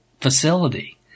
facility